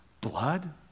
blood